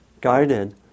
guided